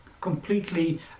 completely